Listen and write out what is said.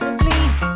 please